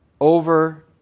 over